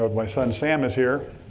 ah my son sam is here.